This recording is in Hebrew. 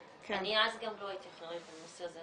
אני אז גם לא הייתי אחראית על הנושא הזה,